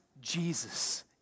Jesus